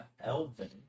Elvin